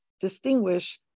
distinguish